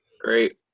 Great